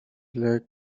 led